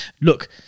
Look